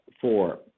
Four